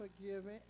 forgiving